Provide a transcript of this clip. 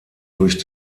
durch